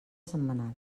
sentmenat